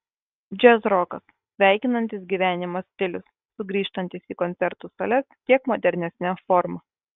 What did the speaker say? džiazrokas sveikinantis gyvenimą stilius sugrįžtantis į koncertų sales kiek modernesne forma